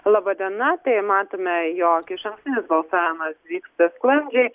laba diena tai matome jog išankstinis balsavimas vyksta sklandžiai